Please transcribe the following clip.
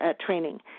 training